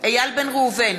איל בן ראובן,